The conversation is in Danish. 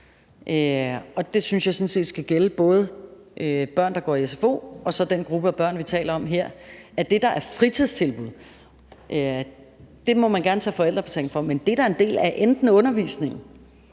Og jeg synes sådan set, det skal gælde både børn, der går i sfo, og den gruppe af børn, vi taler om her, nemlig at det, der er fritidstilbud, må man gerne tage forældrebetaling for, men det, der er en del af undervisningen,